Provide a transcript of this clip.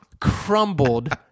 crumbled